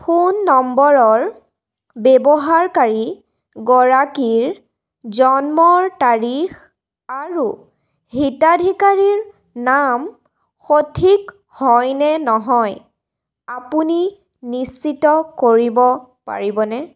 phone নম্বৰৰ ব্যৱহাৰকাৰী গৰাকীৰ জন্মৰ তাৰিখ আৰু হিতাধিকাৰীৰ নাম সঠিক হয়নে নহয় আপুনি নিশ্চিত কৰিব পাৰিবনে